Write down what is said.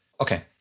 Okay